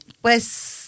pues